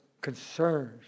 concerns